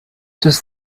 does